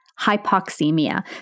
hypoxemia